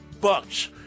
bucks